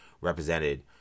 represented